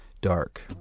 dark